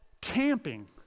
camping